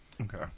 Okay